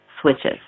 switches